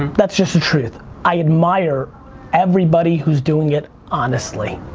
that's just the truth. i admire everybody who's doing it honestly.